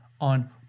on